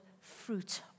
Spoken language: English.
fruit